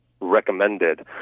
recommended